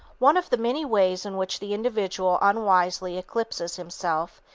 one of the many ways in which the individual unwisely eclipses himself,